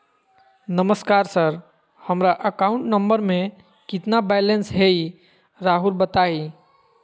नमस्कार सर हमरा account number में कितना बैलेंस हेई राहुर बताई?